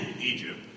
Egypt